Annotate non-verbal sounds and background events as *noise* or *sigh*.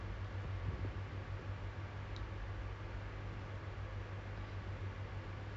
I don't like that although it's quite quiet at my area there's no traffic there's no noise from *noise*